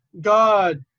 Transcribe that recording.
God